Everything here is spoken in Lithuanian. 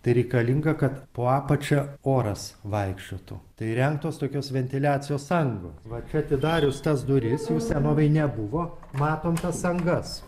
tai reikalinga kad po apačia oras vaikščiotų tai įrengtos tokios ventiliacijos angos va čia atidarius tas duris jų senovėj nebuvo matom tas angas